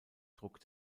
druck